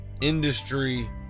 industry